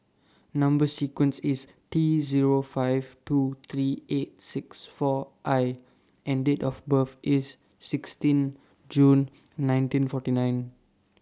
Number sequence IS T Zero five two three eight six four I and Date of birth IS sixteen June nineteen forty nine